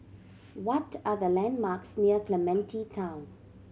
what are the landmarks near Clementi Town